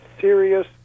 serious